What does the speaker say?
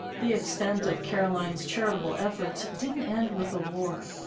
the extent of caroline's charitable efforts didn't end with the war.